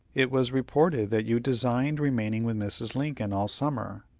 it was reported that you designed remaining with mrs. lincoln all summer.